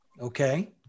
Okay